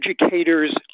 educators